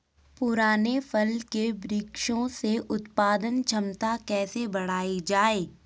पुराने फल के वृक्षों से उत्पादन क्षमता कैसे बढ़ायी जाए?